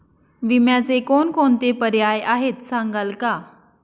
विम्याचे कोणकोणते पर्याय आहेत सांगाल का?